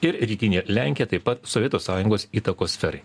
ir rytinė lenkija taip pat sovietų sąjungos įtakos sferai